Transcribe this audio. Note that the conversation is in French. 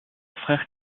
frère